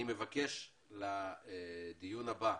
אני מבקש לדיון הבא